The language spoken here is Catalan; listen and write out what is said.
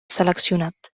seleccionat